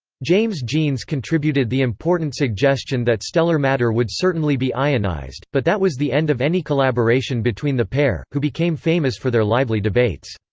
james jeans contributed the important suggestion that stellar matter would certainly be ionized, but that was the end of any collaboration between the pair, who became famous for their lively debates.